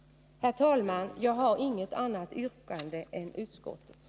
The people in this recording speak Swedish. Herr talman! Jag har inget annat yrkande än utskottets.